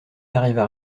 arriva